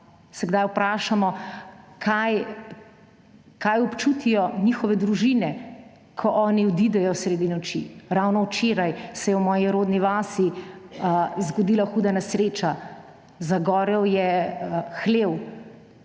Se kdaj vprašamo, kaj občutijo njihove družine, ko oni odidejo sredi noči? Ravno včeraj se je v moji rodni vasi zgodila huda nesreča, zagorel je hlev.